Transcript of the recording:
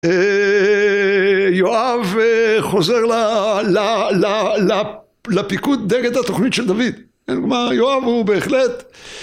יואב חוזר לפיקוד נגד את התוכנית של דוד. יואב הוא בהחלט...